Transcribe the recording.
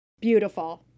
Beautiful